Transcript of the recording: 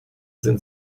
sind